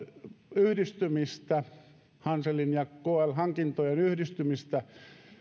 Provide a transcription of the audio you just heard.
yhdistymistä hanselin ja kl hankintojen yhdistymistä